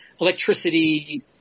electricity